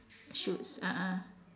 shoes a'ah